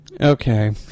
Okay